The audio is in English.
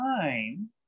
time